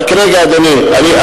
רק רגע, אדוני.